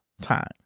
time